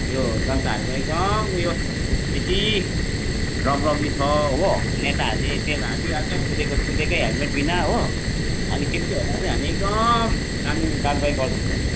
यो जनताहरूको एकदम उयो बेसी रगरगी छ हो नेताहरूले तेल हालिदिइहाल्छ कुदेको कुदेकै हेलमेट बिना हो अनि त्यस्तोहरूलाई चाहिँ हामी एकदम कानुनी कार्वाही गर्दैछौँ